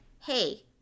hey